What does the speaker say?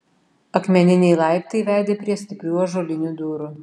akmeniniai laiptai vedė prie stiprių ąžuolinių durų